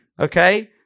Okay